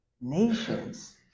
nations